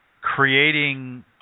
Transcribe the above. creating